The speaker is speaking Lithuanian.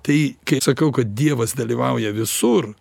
tai kai sakau kad dievas dalyvauja visur